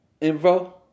info